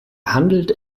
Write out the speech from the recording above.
handelt